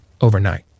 overnight